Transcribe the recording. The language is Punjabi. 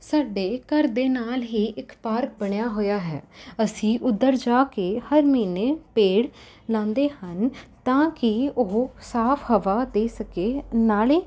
ਸਾਡੇ ਘਰ ਦੇ ਨਾਲ ਹੀ ਇੱਕ ਪਾਰਕ ਬਣਿਆ ਹੋਇਆ ਹੈ ਅਸੀਂ ਉੱਧਰ ਜਾ ਕੇ ਹਰ ਮਹੀਨੇ ਪੇੜ ਲਾਉਂਦੇ ਹਨ ਤਾਂ ਕਿ ਉਹ ਸਾਫ਼ ਹਵਾ ਦੇ ਸਕੇ ਨਾਲੇ